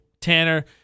Tanner